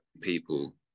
people